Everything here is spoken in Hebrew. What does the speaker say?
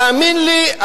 תאמין לי,